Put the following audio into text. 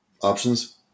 Options